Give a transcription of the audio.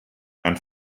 and